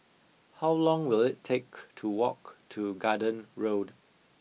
how long will it take to walk to Garden Road